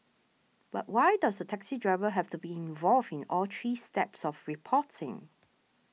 but why does the taxi driver have to be involved in all three steps of reporting